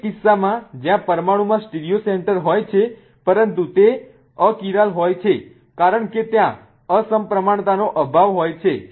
એક કિસ્સામાં જ્યાં પરમાણુમાં સ્ટીરિયો સેન્ટર હોય છે પરંતુ તે અકિરાલ હોય છે કારણ કે ત્યાં અસમપ્રમાણતાનો અભાવ હોય છે